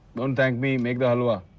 don't thank me. make the halwa.